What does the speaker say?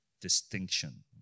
distinction